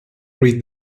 read